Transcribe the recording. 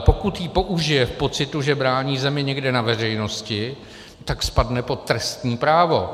Pokud ji ale použije v pocitu, že brání zemi někde na veřejnosti, tak spadne pod trestní právo.